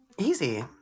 Easy